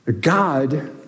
God